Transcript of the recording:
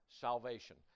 salvation